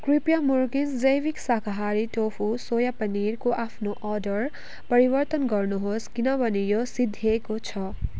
कृपया मुर्गिस् जैविक साकाहारी टोफु सोया पनिरको आफ्नो अर्डर परिवर्तन गर्नुहोस् किनभने यो सिद्धिएको छ